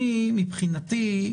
מבחינתי,